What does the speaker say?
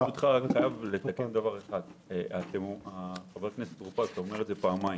אני רוצה לתקן דבר שחבר הכנסת טור פז חזר עליו פעמיים.